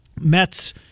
Mets